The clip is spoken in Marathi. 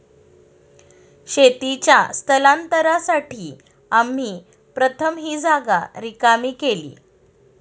शेतीच्या स्थलांतरासाठी आम्ही प्रथम ही जागा रिकामी केली